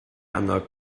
annog